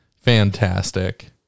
fantastic